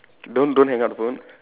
don't don't hang up the phone